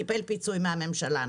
קיבל פיצוי מן הממשלה.